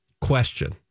Question